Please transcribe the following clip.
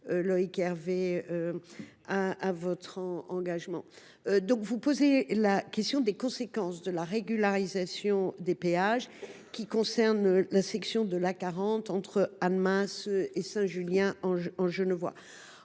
saluer votre engagement. Vous posez la question des conséquences de la régularisation des péages qui concernent la section de l’A40 entre Annemasse et Saint Julien en Genevois.